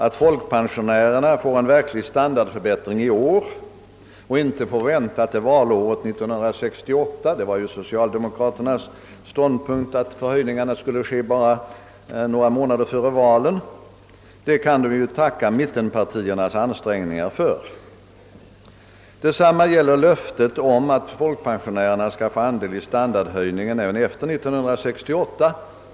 Att folkpensionärerna får en verklig standardförbättring i år och inte behöver vänta till valåret 1968 — det var ju socialdemokraternas ståndpunkt att förhöjningarna skulle ske bara vartannat år några månader före valen — kan de tacka mittenpartiernas ansträngningar för. Detsamma gäller löftet om att folkpensionärerna skall få andel i standardhöjningen även efter år 1968.